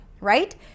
right